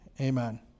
amen